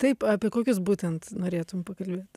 taip apie kokius būtent norėtum pakalbėt